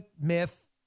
myth